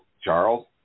Charles